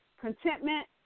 contentment